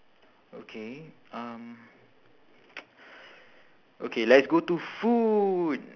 okay um okay let's go to food